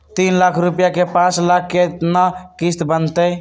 तीन लाख रुपया के पाँच साल के केतना किस्त बनतै?